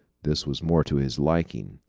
this was more to his liking.